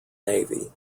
navy